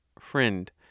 Friend